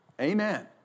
Amen